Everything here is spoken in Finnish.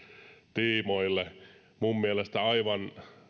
tiimoille minun mielestäni aivan